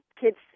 kids